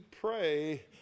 pray